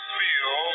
feel